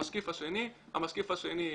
המשקיף השני,